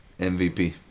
MVP